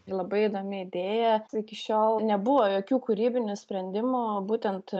labai įdomi idėja iki šiol nebuvo jokių kūrybinių sprendimų o būtent